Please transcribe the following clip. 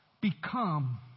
become